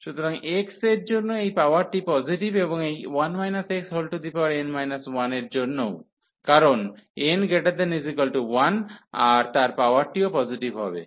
সুতরাং x এর জন্য এই পাওয়ারটি পজিটিভ এবং এই 1 xn 1 এর জন্যও কারণ n≥1 আর তার পাওয়ারটিও পজিটিভ হবে